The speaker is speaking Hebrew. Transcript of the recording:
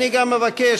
אני גם אבקש,